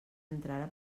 entrara